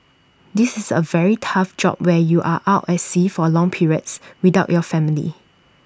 this is A very tough job where you are out at sea for long periods without your family